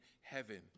heaven